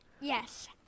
Yes